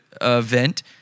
event